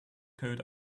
code